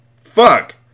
Fuck